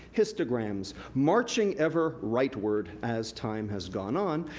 histograms marching ever rightward as time has gone on.